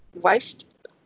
waste